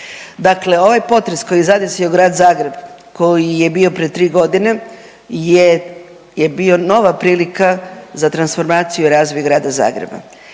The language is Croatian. Dakle, ovaj potres koji je zadesio grad Zagreb koji je bio pred tri godine je bio nova prilika za transformaciju i razvoj grada Zagreba.